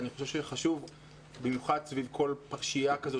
אני חושב שחשוב במיוחד סביב כל פרשייה כזאת